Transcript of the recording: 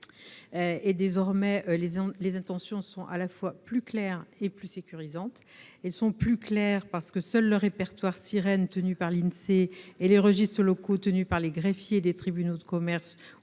Désormais, les intentions sont à la fois plus claires et plus « sécurisantes ». Elles sont d'abord plus claires, car seuls le répertoire SIRENE tenu par l'INSEE et les registres locaux tenus par les greffiers des tribunaux de commerce